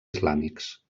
islàmics